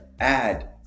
add